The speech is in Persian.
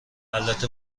البته